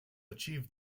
achieved